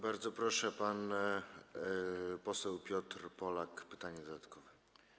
Bardzo proszę, pan poseł Piotr Polak, pytanie dodatkowe.